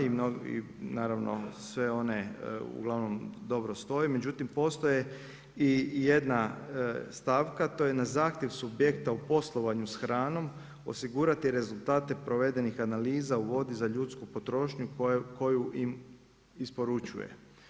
I naravno, sve one dobro stoje, međutim postoji i jedna stavka to je na zahtjev subjekta u poslovanju s hranom, osigurati rezultate provedenih analiza u vodi za ljudsku potrošnju koju im isporučuje.